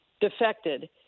defected